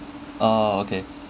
uh okay